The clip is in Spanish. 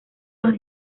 los